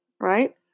right